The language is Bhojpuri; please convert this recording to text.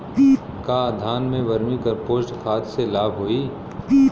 का धान में वर्मी कंपोस्ट खाद से लाभ होई?